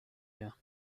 here